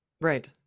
Right